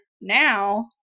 now